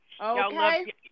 Okay